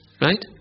right